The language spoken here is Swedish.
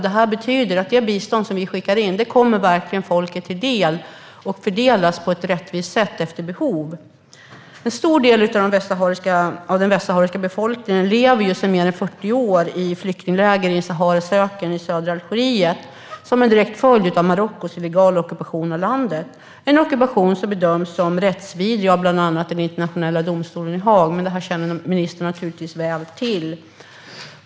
Det betyder att det bistånd som vi skickar in verkligen kommer folket till del och fördelas på ett rättvist sätt efter behov. En stor del av den västsahariska befolkningen lever sedan mer än 40 år i flyktingläger i saharisk öken i södra Algeriet, som en direkt följd av Marockos illegala ockupation av landet. Det är en ockupation som bedöms som rättsvidrig av bland annat den internationella domstolen i Haag - det här känner ministern naturligtvis väl till.